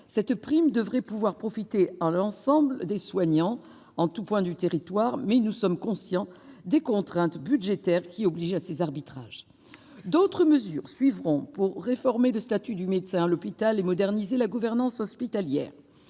cette prime devrait pouvoir profiter à l'ensemble des soignants, en tout point du territoire, mais nous sommes conscients des contraintes budgétaires qui obligent à de tels arbitrages. D'autres mesures suivront pour réformer le statut du médecin à l'hôpital et moderniser la gouvernance hospitalière.